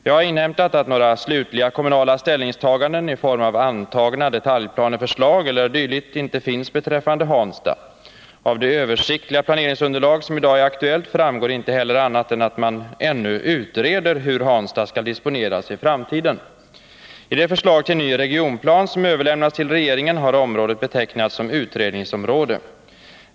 Jag har inhämtat att några slutliga kommunala ställningstaganden i form av antagna detaljplaneförslag e. d. inte finns beträffande Hansta. Av det översiktliga planeringsunderlag som i dag är aktuellt framgår inte heller annat än att man ännu utreder hur Hansta skall disponeras i framtiden. I det förslag till ny regionplan som överlämnats till regeringen har området betecknats som utredningsområde.